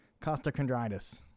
costochondritis